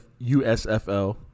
USFL